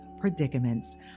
predicaments